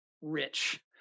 rich